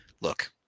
look